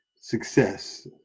Success